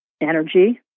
energy